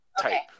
type